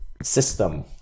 system